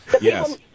Yes